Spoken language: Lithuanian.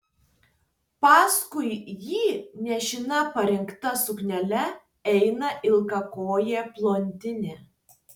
paskui jį nešina parinkta suknele eina ilgakojė blondinė